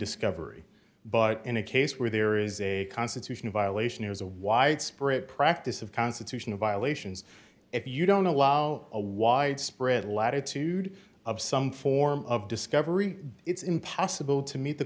discovery but in a case where there is a constitutional violation there's a widespread practice of constitutional violations if you don't allow a widespread latitude of some form of discovery it's impossible to meet the